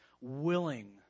willing